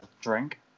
drink